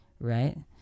right